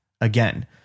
again